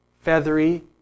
feathery